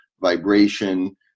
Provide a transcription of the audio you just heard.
vibration